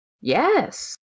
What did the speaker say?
Yes